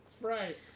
right